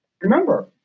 remember